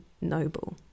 noble